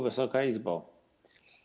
Wysoka Izbo!